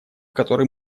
который